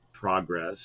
progress